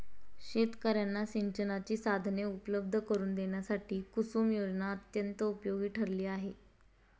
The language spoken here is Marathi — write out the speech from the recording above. शेतकर्यांना सिंचनाची साधने उपलब्ध करून देण्यासाठी कुसुम योजना अत्यंत उपयोगी ठरली आहे